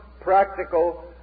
practical